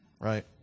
right